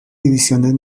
divisiones